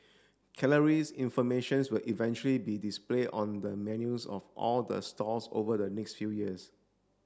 calories informations will eventually be display on the menus of all the stalls over the next few years